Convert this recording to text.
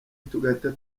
tugahita